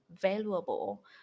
valuable